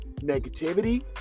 negativity